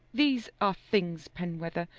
these are things, penwether,